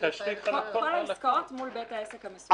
לנסח את זה באופן רחב: כל העסקאות מול בית העסק המסוים הזה,